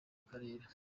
akarere